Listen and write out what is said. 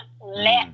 let